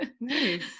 Nice